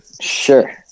sure